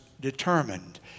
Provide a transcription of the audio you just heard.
determined